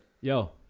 Yo